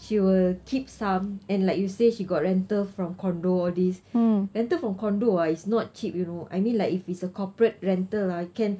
she will keep some and like you say she got rental from condo all these rental from condo ah is not cheap you know I mean like if it's a corporate rental ah can